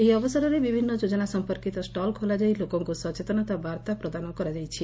ଏହି ଅବସରେ ବିଭିନ୍ ଯୋଜନା ସମ୍ମର୍କିତ ଷ୍ ଲ୍ ଖୋଲାଯାଇ ଲୋକଙ୍କୁ ସଚେତନତା ବାର୍ଭା ପ୍ରଦାନ କରାଯାଇଛି